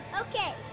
Okay